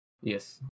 Yes